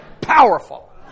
Powerful